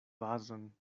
vazon